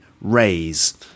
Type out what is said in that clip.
raise